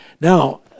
now